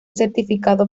certificado